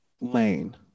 lane